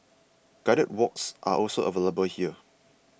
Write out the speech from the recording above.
guided walks are also available here